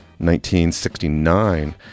1969